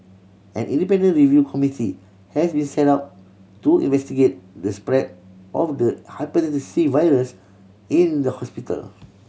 an independent review committee has been set up to investigate the spread of the Hepatitis C virus in the hospital